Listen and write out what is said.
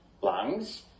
lungs